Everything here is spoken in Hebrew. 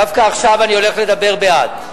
דווקא עכשיו אני הולך לדבר בעד,